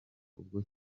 ubwo